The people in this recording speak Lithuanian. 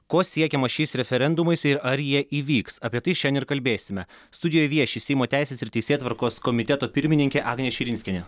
ko siekiama šiais referendumais ir ar jie įvyks apie tai šiandien ir kalbėsime studijoje vieši seimo teisės ir teisėtvarkos komiteto pirmininkė agnė širinskienė